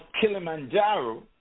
Kilimanjaro